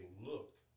look